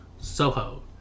Soho